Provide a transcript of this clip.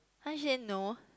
how to say no